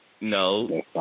No